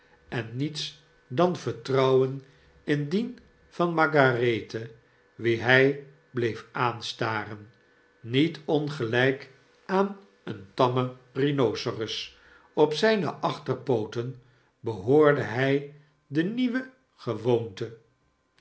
en niets dan vertrouwen in die van margarethe wie hij bleef aanstaren niet ongelijk aan een tammen rhinoceros op zpe achterpooten behoorde by de nieuwe gewoonte